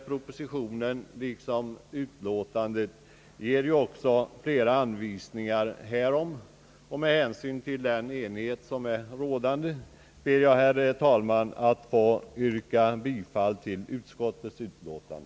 Propositionen liksom utskottsutlåtandet ger också flera anvisningar härom. Med hänsyn till den enighet, som är rådande, ber jag, herr talman, att få yrka bifall till utskottets utlåtande.